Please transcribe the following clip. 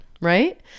right